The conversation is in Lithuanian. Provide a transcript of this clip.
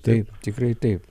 taip tikrai taip